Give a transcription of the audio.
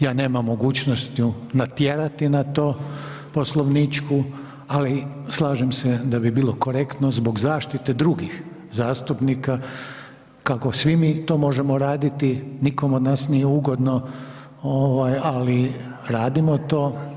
Ja nemam mogućnost ju natjerati na to, poslovničku, ali slažem se da bi bilo korektno zbog zaštite drugih zastupnika, kako svi mi to možemo raditi, nikom od nas nije ugodno ovaj, ali radimo to.